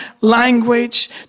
language